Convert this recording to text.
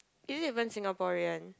is it even Singaporean